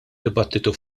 dibattitu